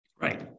right